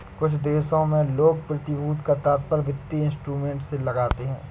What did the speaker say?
कुछ देशों में लोग प्रतिभूति का तात्पर्य वित्तीय इंस्ट्रूमेंट से लगाते हैं